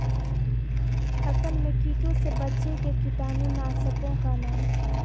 फसल में कीटों से बचे के कीटाणु नाशक ओं का नाम?